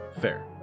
Fair